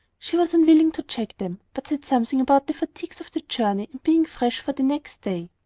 she was unwilling to check them, but said something about the fatigues of the journey, and being fresh for the next day.